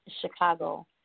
Chicago